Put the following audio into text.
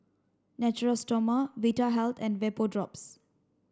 Natura Stoma Vitahealth and Vapodrops